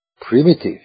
primitive